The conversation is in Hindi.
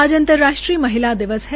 आज अंतर्राष्ट्रीय महिला दिवस है